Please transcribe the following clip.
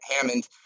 Hammond